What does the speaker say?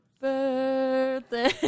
birthday